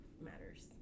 matters